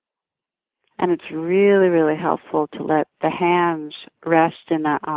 and it's really, really helpful to let the hands rest in that um